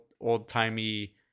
old-timey